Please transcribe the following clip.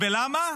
למה?